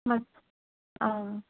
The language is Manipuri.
ꯑꯥ